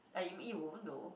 I mean you won't know